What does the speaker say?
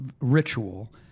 ritual